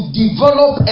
develop